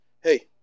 Hey